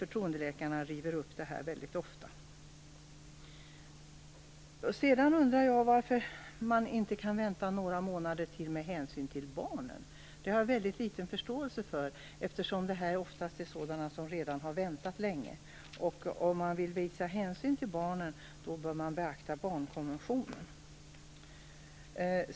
Förtroendeläkarna river dock upp det här väldigt ofta. Sedan undrar jag varför man inte kan vänta några månader till med hänsyn till barnen. Det har jag mycket liten förståelse för, eftersom detta oftast är sådana som redan har väntat länge. Om man vill visa barnen hänsyn bör man beakta barnkonventionen.